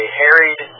harried